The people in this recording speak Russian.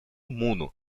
муну